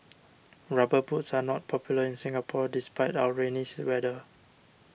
rubber boots are not popular in Singapore despite our rainy weather